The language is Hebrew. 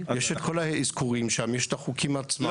יש את כל האזכורים שם ויש את החוקים עצמם.